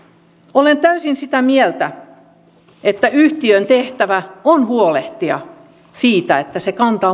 olen täysin sitä mieltä että yhtiön tehtävä on huolehtia siitä että se kantaa